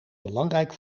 belangrijk